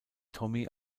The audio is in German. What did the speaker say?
tommy